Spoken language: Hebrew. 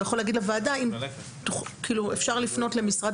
הוא יכול להגיד לוועדה שאפשר לפנות למשרד